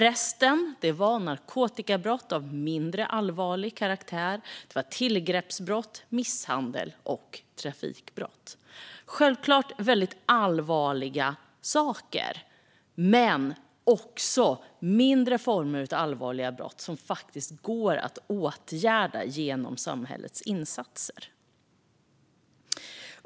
Resten var narkotikabrott av mindre allvarlig karaktär, tillgreppsbrott, misshandel och trafikbrott. Självklart är det väldigt allvarliga saker. Men det handlar också om former av allvarliga brott som faktiskt går att åtgärda genom samhällets insatser.